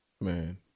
Man